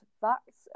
facts